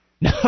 No